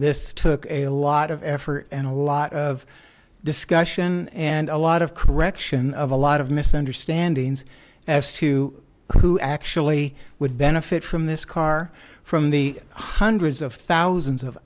this took a lot of effort and a lot of discussion and a lot of correction of a lot of misunderstandings as to who actually would benefit from this car from the hundreds of thousands of